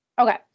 Okay